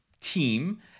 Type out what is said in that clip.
team